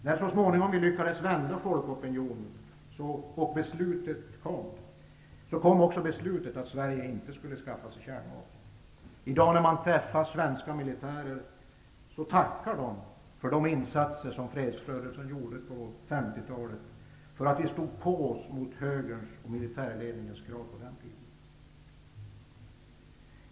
När vi så småningom lyckades vända folkopinionen kom också beslutet att Sverige inte skulle skaffa kärnvapen. När man träffar svenska militärer i dag tackar de för de insatser som fredsrörelsen gjorde på 1950-talet -- för att vi stod på oss mot högerns och militärledningens krav på kärnvapen.